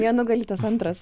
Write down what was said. ją nugali tas antras